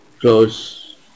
close